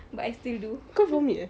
but I still do